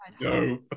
No